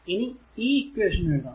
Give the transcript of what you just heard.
ഇനി ഈ ഇക്വേഷൻ എഴുതാം